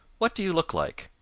what do you look like?